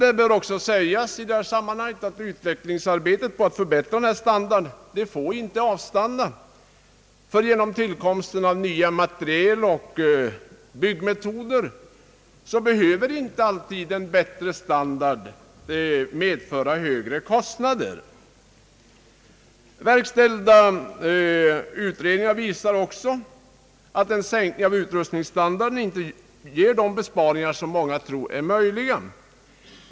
Det bör även fram hållas i detta sammanhang, att utvecklingsarbetet på att förbättra denna standard inte får avstanna, ty genom tillkomsten av nya material och nya byggmetoder behöver inte alltid en bättre standard innebära högre kostnader. Verkställda utredningar visar också att en sänkning av utrustningsstandarden inte ger de besparingar som många tror är möjliga.